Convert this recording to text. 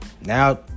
now